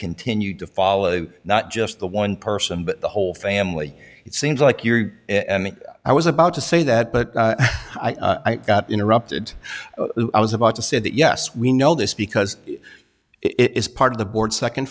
continued to follow not just the one person but the whole family it seems like you're and i was about to say that but i got interrupted i was about to say that yes we know this because it is part of the board